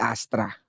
Astra